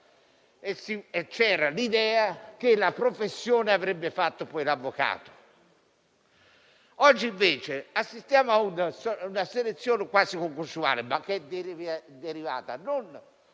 e c'era l'idea che la professione avrebbe fatto, poi, l'avvocato. Oggi, invece, assistiamo a una selezione quasi concorsuale, che è derivata non